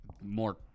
more